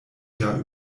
jahr